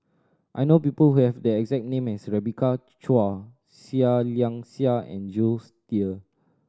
I know people who have the exact name as Rebecca Chua Seah Liang Seah and Jules Itier